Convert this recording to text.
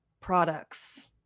products